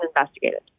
investigated